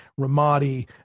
Ramadi